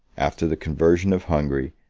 after the conversion of hungary,